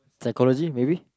psychology maybe